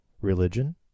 religion